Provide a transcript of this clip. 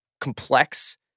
complex